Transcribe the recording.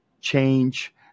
change